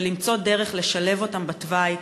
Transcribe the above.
ולמצוא דרך לשלב אותם בתוואי.